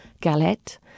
galette